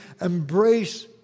embrace